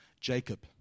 Jacob